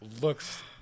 Looks